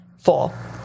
Four